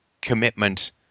commitment